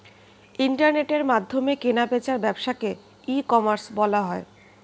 ইন্টারনেটের মাধ্যমে কেনা বেচার ব্যবসাকে ই কমার্স বলা হয়